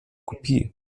kopie